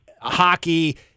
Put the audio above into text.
hockey